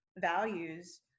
values